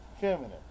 feminine